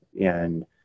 And-